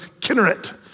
Kinneret